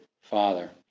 father